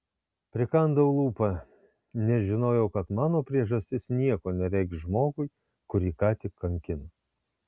prikandau lūpą nes žinojau kad mano priežastis nieko nereikš žmogui kurį ką tik kankino